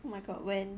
oh my god when